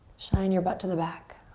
shine your butt to the back.